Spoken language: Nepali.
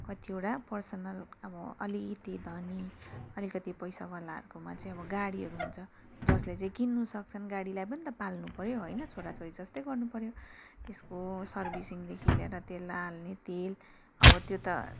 कतिवटा पर्सनल अब अलिकति धनी अलिकति पैसावालाहरूकोमा चाहिँ अब गाडीहरू हुन्छ जसले चाहिँ किन्नु सक्छन् गाडीलाई पनि त पाल्नुपऱ्यो होइन छोरा छोरी जस्तै गर्नुपऱ्यो त्यसको सर्विसिङदेखि लिएर त्यसलाई हाल्ने तेल अब त्यो त